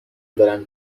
دارم